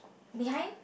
behind